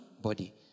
body